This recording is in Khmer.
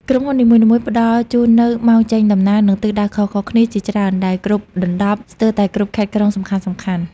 ក្រុមហ៊ុននីមួយៗផ្តល់ជូននូវ ម៉ោងចេញដំណើរ និងទិសដៅខុសៗគ្នាជាច្រើន ដែលគ្របដណ្តប់ស្ទើរតែគ្រប់ខេត្តក្រុងសំខាន់ៗ។